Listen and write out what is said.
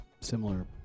similar